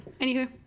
Anywho